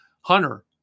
Hunter